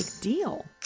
deal